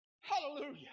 Hallelujah